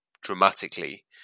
dramatically